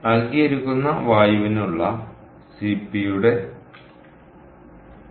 നൽകിയിരിക്കുന്ന വായുവിനുള്ള സിപിയുടെ മൂല്യം